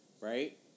right